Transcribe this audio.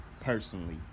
personally